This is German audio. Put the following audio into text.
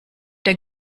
der